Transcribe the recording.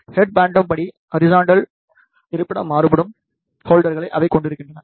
head phantom படி horizontal இருப்பிடம் மாறுபடும் ஹோல்டர்களை அவை கொண்டிருக்கின்றன